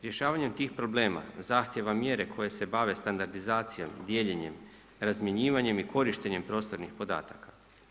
Rješavanjem tih problema zahtjeva mjere koje se bave standardizacijom, dijeljenjem, razmjenjivanjem i korištenjem prostornih podataka.